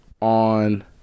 on